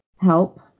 help